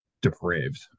depraved